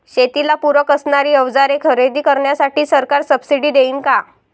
शेतीला पूरक असणारी अवजारे खरेदी करण्यासाठी सरकार सब्सिडी देईन का?